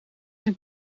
zijn